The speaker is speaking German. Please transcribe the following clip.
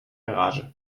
garage